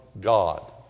God